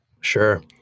Sure